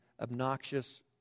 obnoxious